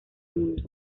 mundo